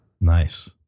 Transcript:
Nice